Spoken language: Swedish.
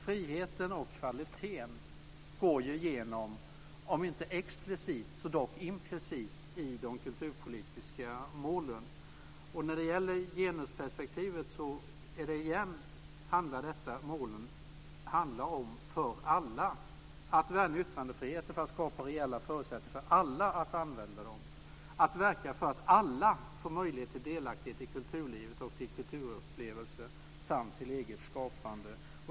Friheten och kvaliteten går ju, om inte explicit så dock implicit, genom de kulturpolitiska målen. När det gäller genusperspektivet handlar målen på nytt om att yttrandefriheten ska skapa reella förutsättningar för alla, verka för att alla får möjlighet till delaktighet i kulturlivet och till kulturupplevelser samt till eget skapande.